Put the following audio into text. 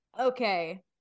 Okay